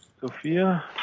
Sophia